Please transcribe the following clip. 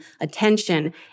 attention